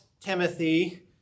Timothy